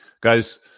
Guys